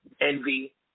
envy